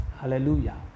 Hallelujah